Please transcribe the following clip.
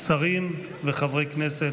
שרים וחברי כנסת,